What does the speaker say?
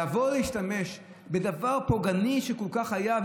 לבוא ולהשתמש בדבר פוגעני שכל כך היה,